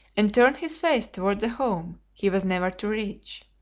and turned his face toward the home he was never to reach.